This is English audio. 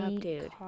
dude